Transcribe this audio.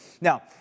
Now